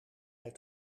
het